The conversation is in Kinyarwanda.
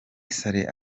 saleh